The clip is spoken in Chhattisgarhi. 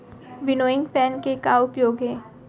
विनोइंग फैन के का उपयोग हे?